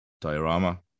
Diorama